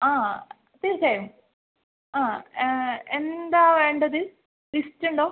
ആ തീർച്ചയായും ആ എന്താ വേണ്ടത് ലിസ്റ്റുണ്ടോ